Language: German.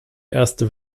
erste